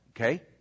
Okay